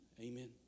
Amen